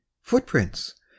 Footprints